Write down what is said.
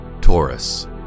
Taurus